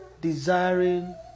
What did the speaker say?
desiring